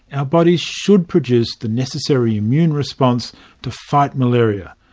our bodies should produce the necessary immune response to fight malaria.